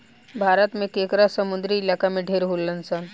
भारत में केकड़ा समुंद्री इलाका में ढेर होलसन